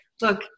look